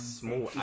small